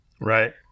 Right